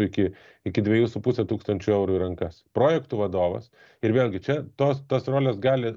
iki iki dviejų su puse tūkstančio eurų į rankas projektų vadovas ir vėlgi čia tos tos rolės gali